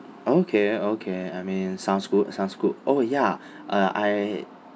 okay okay I mean sounds good sounds good oh ya uh I